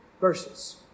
verses